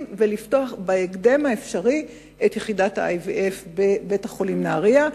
ולפתוח בהקדם האפשרי את יחידת ה-IVF בבית-החולים נהרייה.